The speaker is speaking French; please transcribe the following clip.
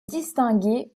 distinguer